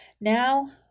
now